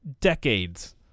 decades